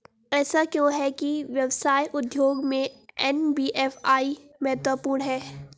ऐसा क्यों है कि व्यवसाय उद्योग में एन.बी.एफ.आई महत्वपूर्ण है?